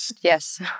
Yes